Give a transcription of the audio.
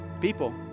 People